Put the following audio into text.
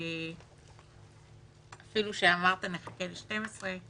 אפילו שאמרת שנחכה ל-12:00,